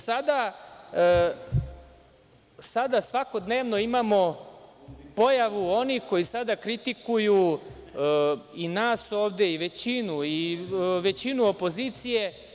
Sada svakodnevno imamo pojavu onih koji sada kritikuju i nas ovde i većinu opozicije.